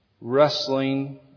Wrestling